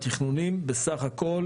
התכנונים בסך הכול